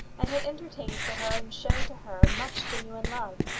and had entertained for her and shown to her much genuine love.